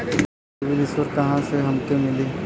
CIBIL score कहाँसे हमके मिली?